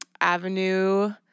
avenue